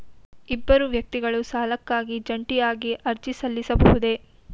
ಇಬ್ಬರು ವ್ಯಕ್ತಿಗಳು ಸಾಲಕ್ಕಾಗಿ ಜಂಟಿಯಾಗಿ ಅರ್ಜಿ ಸಲ್ಲಿಸಬಹುದೇ?